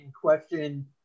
question